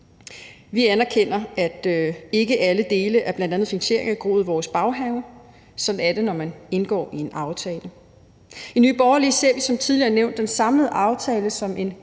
Vi anerkender, at ikke alle dele af bl.a. finansieringen er groet i vores baghave. Sådan er det, når man indgår en aftale. I Nye Borgerlige ser vi som tidligere nævnt den samlede aftale som en